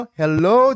hello